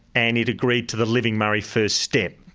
and it agreed to the living murray first step.